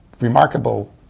remarkable